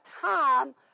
time